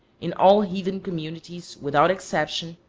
in all heathen communities, without exception,